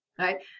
Right